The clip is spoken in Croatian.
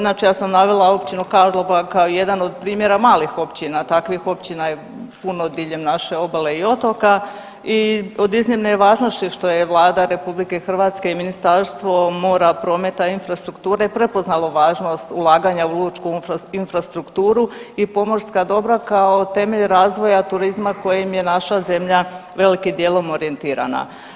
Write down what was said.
Inače ja sam navela Općinu Karlobag kao jedan od primjera malih općina, takvih općina je puno diljem naše obale i otoka i od iznimne je važnosti što je Vlada RH i Ministarstvo mora, prometa, infrastrukture prepoznalo važnost ulaganja u lučku infrastrukturu i pomorska dobra kao temelj razvoja turizma kojim je naša zemlja velikim dijelom orijentirana.